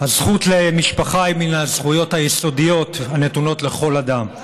הזכות למשפחה היא מן הזכויות היסודיות הנתונות לכל אדם.